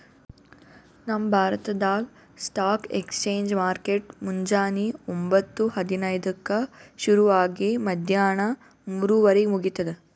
ನಮ್ ಭಾರತ್ದಾಗ್ stock exchange market ಮುಂಜಾನಿ ಒಂಬತ್ತು ಹದಿನೈದಕ್ಕ ಶುರು ಆಗಿ ಮದ್ಯಾಣ ಮೂರುವರಿಗ್ ಮುಗಿತದ್